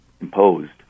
imposed